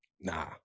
nah